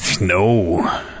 No